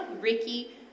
Ricky